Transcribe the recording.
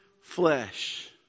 flesh